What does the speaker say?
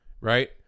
right